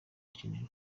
gen